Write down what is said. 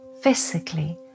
physically